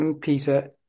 Peter